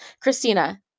Christina